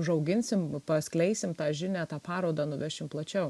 užauginsim paskleisim tą žinią tą parodą nuvešime plačiau